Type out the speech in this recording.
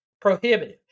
prohibitive